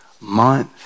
Month